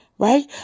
right